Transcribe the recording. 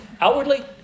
Outwardly